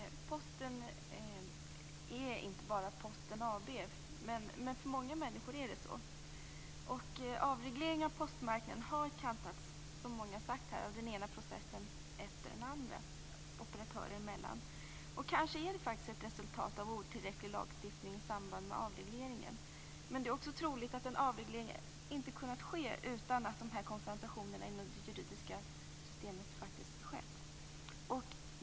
Herr talman! Posten är inte bara Posten AB men för många människor är det så. Avregleringen av postmarknaden har, som många här sagt, kantats av den ena processen efter den andra operatörer emellan. Kanske är det faktiskt ett resultat av en otillräcklig lagstiftning i samband med avregleringen. Det är också troligt att en avreglering inte hade kunnat ske utan dessa konfrontationer inom det juridiska systemet.